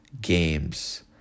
games